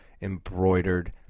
embroidered